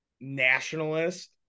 nationalist